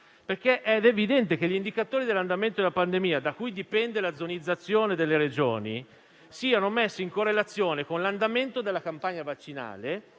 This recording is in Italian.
senso. È evidente che gli indicatori dell'andamento della pandemia, da cui dipende la zonizzazione delle Regioni, devono essere messi in correlazione con l'andamento della campagna vaccinale